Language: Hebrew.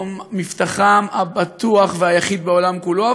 מקום מבטחם הבטוח והיחיד בעולם כולו.